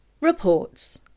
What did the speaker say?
Reports